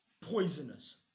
Poisonous